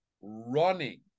running